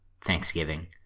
Thanksgiving